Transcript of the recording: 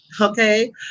okay